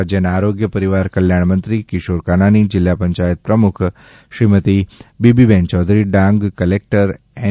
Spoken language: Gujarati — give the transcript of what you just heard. રાજ્યના આરોગ્યપરિવાર કલ્યાણ મંત્રી કિશોર કાનાણી જિલ્લા પંચાયત પ્રમુખ શ્રીમતિ બીબીબેન યૌધરી ડાંગ કલેકટર શ્રી એન